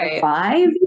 five